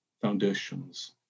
foundations